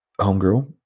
homegirl